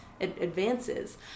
advances